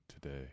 today